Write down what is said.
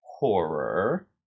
horror